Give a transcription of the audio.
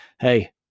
hey